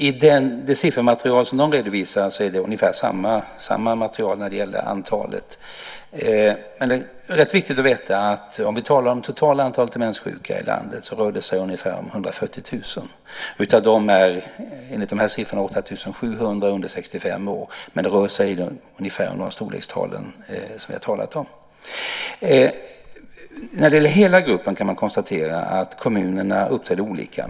I det siffermaterial som den redovisade är det ungefär samma siffror för antalet personer. Det är rätt viktigt att veta att om vi talar om det totala antalet demenssjuka i landet rör det sig om ungefär 140 000. Av dem är enligt dessa siffror 8 700 under 65 år. Det rör sig ungefär om de storlekstal som vi talat om. När det gäller hela gruppen kan man konstatera att kommunerna uppträder olika.